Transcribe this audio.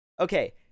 Okay